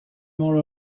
more